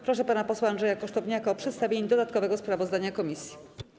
Proszę pana posła Andrzeja Kosztowniaka o przedstawienie dodatkowego sprawozdania komisji.